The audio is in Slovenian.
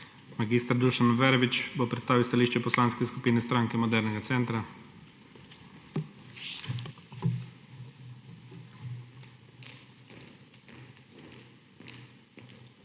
Mag. Dušan Verbič bo predstavil stališče Poslanske skupine Stranke modernega centra.